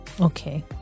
Okay